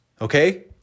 Okay